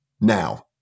now